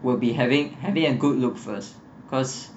would be having having a good look first cause